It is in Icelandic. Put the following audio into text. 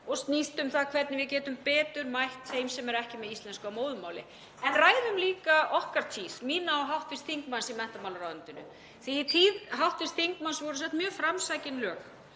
og snýst um það hvernig við getum betur mætt þeim sem eru ekki með íslensku að móðurmáli. En ræðum líka okkar tíð, mína og hv. þingmanns, í menntamálaráðuneytinu, því í tíð hv. þingmanns voru sett mjög framsækin lög